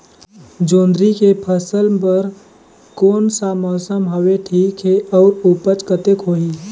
जोंदरी के फसल बर कोन सा मौसम हवे ठीक हे अउर ऊपज कतेक होही?